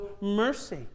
mercy